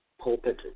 pulpit